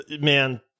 Man